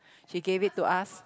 she gave it to us